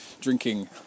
drinking